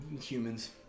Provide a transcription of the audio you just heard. Humans